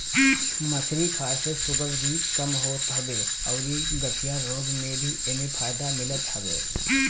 मछरी खाए से शुगर भी कम होत हवे अउरी गठिया रोग में भी एसे फायदा मिलत हवे